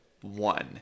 one